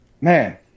man